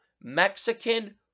Mexican